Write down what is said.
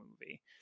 movie